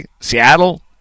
Seattle